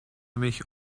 mich